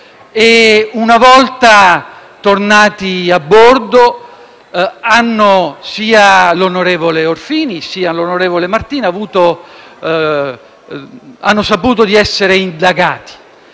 Una volta tornati a bordo, sia l'onorevole Orfini sia l'onorevole Martina hanno saputo di essere indagati.